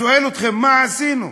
אני שואל אתכם, מה עשינו?